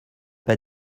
pas